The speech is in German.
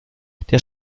der